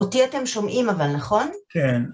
אותי אתם שומעים אבל נכון? כן